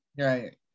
Right